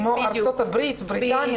עבירה נפרדת, כמו ארצות הברית, בריטניה.